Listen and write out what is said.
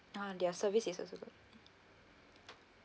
ah their services is also good